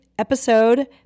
episode